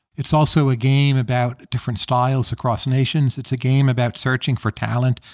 it's also a game about different styles across nations. it's a game about searching for talent.